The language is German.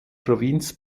provinz